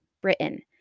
Britain